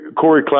Corey